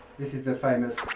this is the famous,